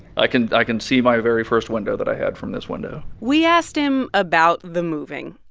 i can i can see my very first window that i had from this window we asked him about the moving,